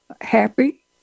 happy